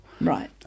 Right